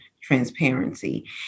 transparency